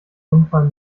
unfall